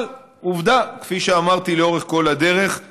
אבל עובדה: כפי שאמרתי לאורך כל הדרך,